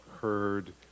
heard